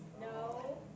No